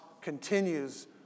continues